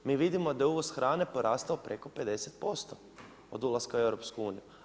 Mi vidimo da je uvoz hrane porastao preko 50% od ulaska u EU.